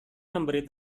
memberi